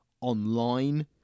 online